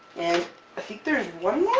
and i think there's one